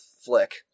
flick